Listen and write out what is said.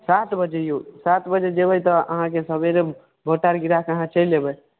सात बजे यौ सात बजे जेबै तऽ अहाँकेँ सवेरे भोट आर गिरा कऽ अहाँ चलि अयबै